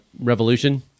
revolution